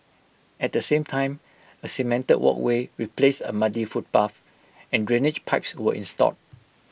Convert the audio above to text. at the same time A cemented walkway replaced A muddy footpath and drainage pipes were installed